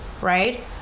right